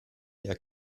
der